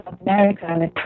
America